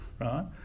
right